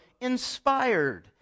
inspired